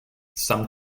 some